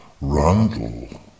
Randall